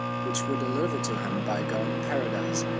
which were delivered to him by god in paradise.